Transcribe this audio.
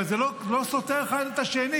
אבל זה לא סותר אחד את השני.